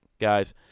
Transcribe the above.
guys